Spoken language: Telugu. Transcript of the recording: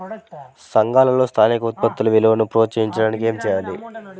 సంఘాలలో స్థానిక ఉత్పత్తుల విలువను ప్రోత్సహించడానికి ఏమి చేయాలి?